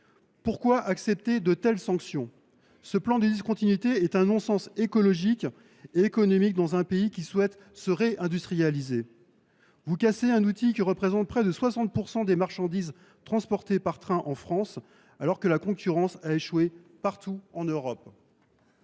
Pourquoi accepter de telles sanctions ? Ce plan de discontinuité est un non sens écologique et économique dans un pays qui souhaite se réindustrialiser. Vous cassez un outil qui représente près de 60 % des marchandises transportées par train en France, alors que la mise en concurrence a échoué partout en Europe.